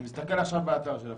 אני מסתכל עכשיו באתר שלכם,